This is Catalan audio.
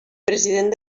president